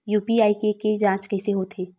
UPI के के जांच कइसे होथे?